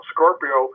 Scorpio